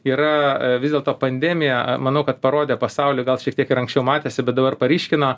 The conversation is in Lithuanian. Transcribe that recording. yra vis dėlto pandemija manau kad parodė pasauliui gal šiek tiek ir anksčiau matėsi bet dabar paryškino